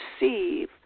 receive